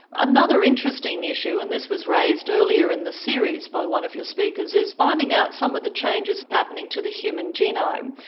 another interesting issue, and this was raised earlier in the series by one of your speakers, is finding out some of the changes happening to the human genome.